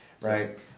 right